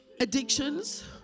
Addictions